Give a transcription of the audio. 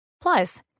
Plus